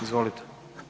Izvolite.